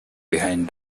behind